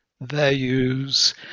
values